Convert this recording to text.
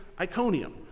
Iconium